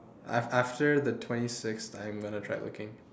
af~ after the twenty sixth I'm going to try looking